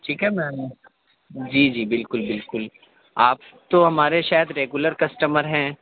ٹھیک ہے میم جی جی بالکل باکل آپ تو ہمارے شاید ریگولر کسٹمر ہیں